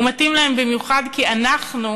הוא מתאים להם במיוחד, כי אנחנו,